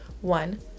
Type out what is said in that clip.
one